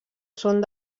són